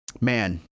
man